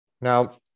Now